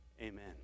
Amen